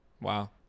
wow